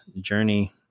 journey